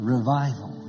Revival